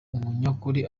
umunyakuri